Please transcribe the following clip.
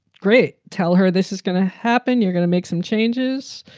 great. tell her this is going to happen. you're going to make some changes.